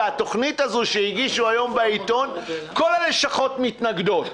והתוכנית הזו שהגישו היום בעיתון כל הלשכות מתנגדות.